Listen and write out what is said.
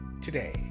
today